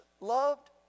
loved